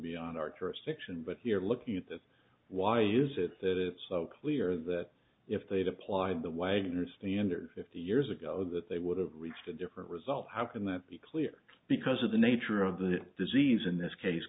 beyond our jurisdiction but here looking at the why is it that it's clear that if they'd applied the wideness standard fifty years ago that they would have reached a different result how can that be clear because of the nature of the disease in this case